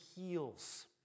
heals